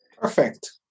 Perfect